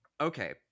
okay